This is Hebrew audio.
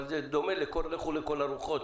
אבל זה דומה ל'לכו לכל הרוחות',